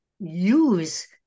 use